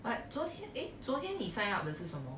昨天米饭呀那些什么